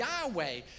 Yahweh